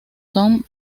son